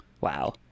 Wow